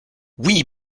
oui